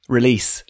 Release